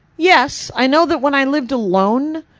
yes. i know that when i lived alone,